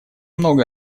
много